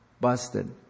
Busted